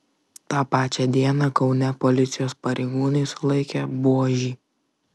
tą pačią dieną kaune policijos pareigūnai sulaikė buožį